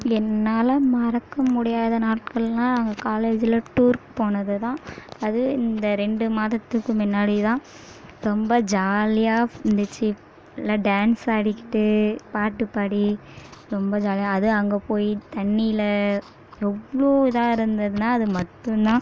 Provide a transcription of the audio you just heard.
என்னால் மறக்க முடியாத நாட்கள்னா நாங்கள் காலேஜில் டூருக்கு போனது தான் அதுவும் இந்த ரெண்டு மாதத்துக்கு முன்னாடி தான் ரொம்ப ஜாலியாக இருந்துச்சு நல்லா டான்ஸ் ஆடிக்கிட்டு பாட்டு பாடி ரொம்ப ஜாலியாக அதுவும் அங்கே போய் தண்ணியில் எவ்வளோ இதாக இருந்ததுன்னா அது மட்டும் தான்